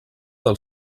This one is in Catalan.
del